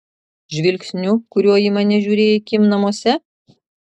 žvilgsniu kuriuo į mane žiūrėjai kim namuose